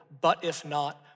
but-if-not